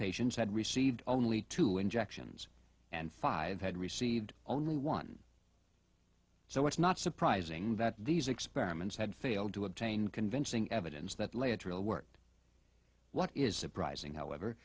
patients had received only two injections and five had received only one so it's not surprising that these experiments had failed to obtain convincing evidence that led to the work what is surprising however